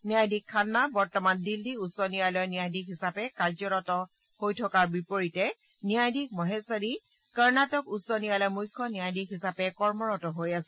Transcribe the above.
ন্যায়াধীশ খান্না বৰ্তমান দিল্লী উচ্চ ন্যায়ালয়ৰ ন্যায়াধীশ হিচাপে কাৰ্যৰত হৈ থকাৰ বিপৰীতে ন্যায়াধীশ মহেশ্বৰী কৰ্ণাটক উচ্চ ন্যায়ালয়ৰ মুখ্য ন্যায়াধীশ হিচাপে কাৰ্যৰত হৈ আছে